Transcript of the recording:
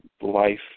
life